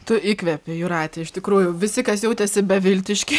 tu įkvepi jūrate iš tikrųjų visi kas jautėsi beviltiški